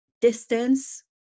distance